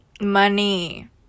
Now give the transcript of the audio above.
Money